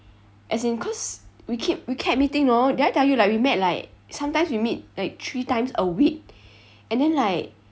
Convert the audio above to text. as in cause we keep we kept meeting hor did I tell you like we met like sometimes we meet like three times a week and then like